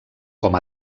com